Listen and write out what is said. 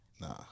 nah